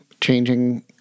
changing